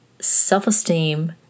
self-esteem